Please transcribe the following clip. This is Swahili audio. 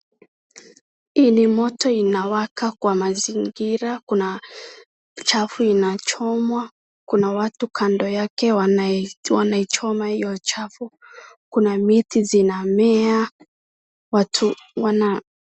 Hii ni moto inawaka kwa mazingira. Kuna uchafu inachomwa. kuna watu kando yake wanae, wanaichoma hiyo chafu, kuna miti zinamea. Watu wana..